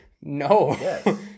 no